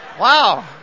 Wow